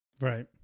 Right